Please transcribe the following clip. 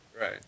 Right